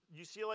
UCLA